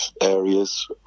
areas